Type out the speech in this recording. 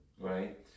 right